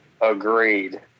Agreed